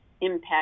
impact